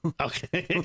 Okay